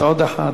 עוד אחת,